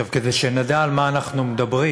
כדי שנדע על מה אנחנו מדברים,